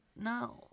No